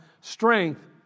strength